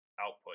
output